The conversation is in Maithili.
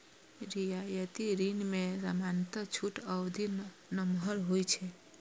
रियायती ऋण मे सामान्यतः छूट अवधि नमहर होइ छै